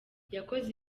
yakoze